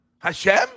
Hashem